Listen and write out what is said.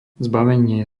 zbavenie